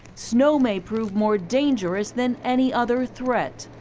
snow may prove more dangerous than any other threat.